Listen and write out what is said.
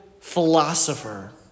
philosopher